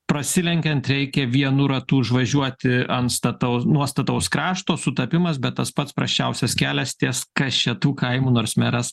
prasilenkiant reikia vienu ratu užvažiuoti ant stataus nuo stataus krašto sutapimas bet tas pats prasčiausias kelias ties kašėtų kaimu nors meras